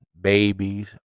babies